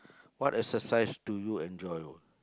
what exercise do you enjoy